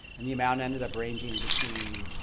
and the amount ended up ranging between